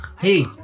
hey